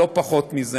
לא פחות מזה.